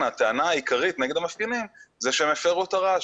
הטענה העיקרית נגד המפגינים זה שהם הפרו את הרעש,